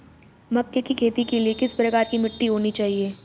मक्के की खेती के लिए किस प्रकार की मिट्टी होनी चाहिए?